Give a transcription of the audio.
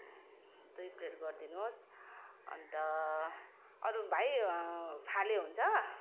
दुई प्लेट गरी दिनु होस् अन्त अरू भाइ फाले हुन्छ